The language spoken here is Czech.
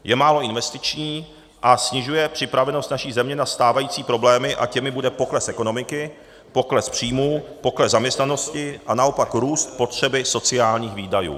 Je málo investiční a snižuje připravenost naší země na stávající problémy, a těmi bude pokles ekonomiky, pokles příjmů, pokles zaměstnanosti a naopak růst potřeby sociálních výdajů.